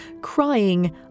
crying